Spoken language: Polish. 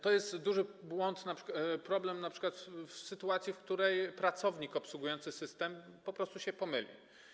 To jest duży błąd, problem np. w sytuacji, w której pracownik obsługujący system po prostu się pomylił.